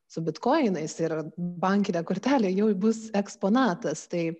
su bitkoinais ir bankinė kortelė jau bus eksponatas tai